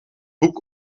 boek